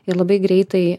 ir labai greitai